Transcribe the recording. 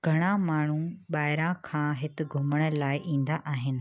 घणा माण्हू ॿाहिरियां खां हिते घुमण लाइ ईंदा आहिनि